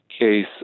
case